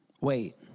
Wait